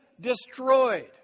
destroyed